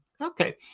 Okay